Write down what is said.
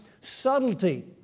subtlety